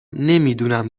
نمیدونم